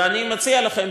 ואני מציע לכם,